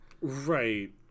Right